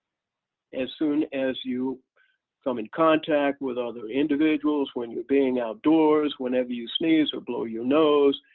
as soon as you come in contact with other individuals, when you're being outdoors, whenever you sneeze, or blow your nose,